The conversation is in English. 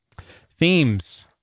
Themes